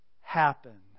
happen